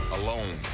alone